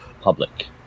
public